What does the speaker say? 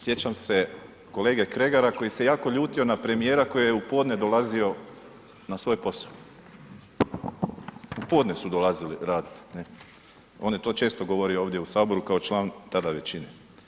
Sjećam se kolege Kregara koji se jako ljutio na premijera koji je u podne dolazio na svoj posao, u podne su dolazili radit ne, on je to često govorio ovdje u saboru kao član tada većine.